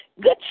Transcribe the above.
Good